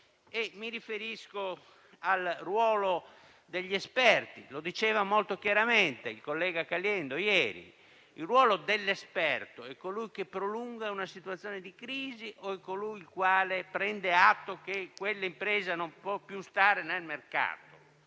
Mi riferisco al ruolo degli esperti, che spiegava molto chiaramente il collega Caliendo ieri. L'esperto è colui che prolunga una situazione di crisi o è colui il quale prende atto che quell'impresa non può più stare nel mercato?